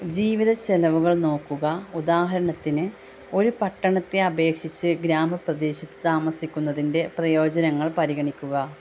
ജീവിത ചിലവുകൾ നോക്കുക ഉദാഹരണത്തിന് ഒരു പട്ടണത്തെ അപേക്ഷിച്ച് ഗ്രാമപ്രദേശത്ത് താമസിക്കുന്നതിന്റെ പ്രയോജനങ്ങൾ പരിഗണിക്കുക